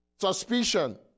suspicion